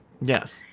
Yes